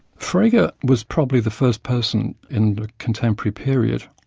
frege and was probably the first person in the contemporary period,